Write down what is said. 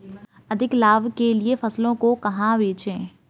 अधिक लाभ के लिए फसलों को कहाँ बेचें?